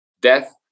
death